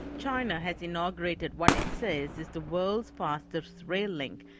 china has inaugurated what it says is the world's fastest rail link,